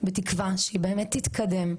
בתקווה שהיא באמת תתקדם.